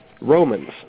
Romans